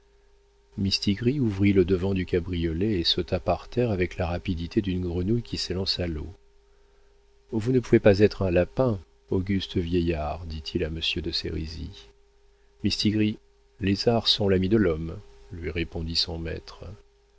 mistigris ouvrit le devant du cabriolet et sauta par terre avec la rapidité d'une grenouille qui s'élance à l'eau vous ne pouvez pas être un lapin auguste vieillard dit-il à monsieur de sérisy mistigris les arts sont l'ami de l'homme lui répondit son maître